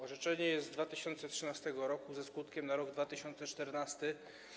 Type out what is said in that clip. Orzeczenie jest z 2013 r. ze skutkiem na rok 2014.